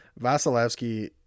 Vasilevsky